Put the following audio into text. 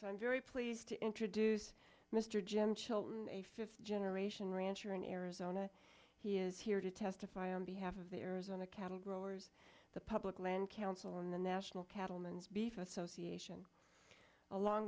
so i'm very pleased to introduce mr jim chilton a fifth generation rancher in arizona he is here to testify on behalf of the arizona cattle growers the public land council in the national cattlemen's beef association along